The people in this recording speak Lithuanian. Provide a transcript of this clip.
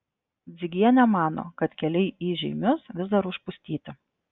dzigienė mano kad keliai į žeimius vis dar užpustyti